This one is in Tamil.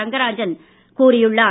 ரங்கராஜன் கூறியுள்ளார்